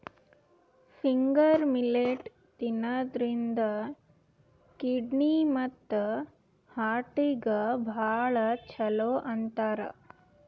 finger millet ತಿನ್ನದ್ರಿನ್ದ kidney ಮತ್ತ್ ಹಾರ್ಟಿಗ್ ಭಾಳ್ ಛಲೋ ಅಂತಾರ್